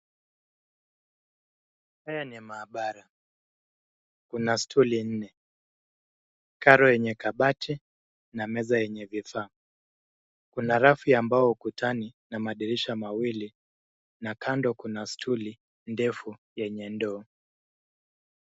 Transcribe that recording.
Haya ni maabara. Kuna stuli nne, karo yenye kabati na meza yenye vifaa. Kuna rafu ya mbao ukutani na madirisha mawili na kando kuna stuli ndefu yenye ndoo.